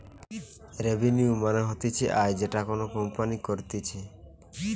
revenue মানে হতিছে আয় যেটা কোনো কোম্পানি করতিছে